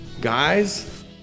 Guys